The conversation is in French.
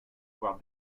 voir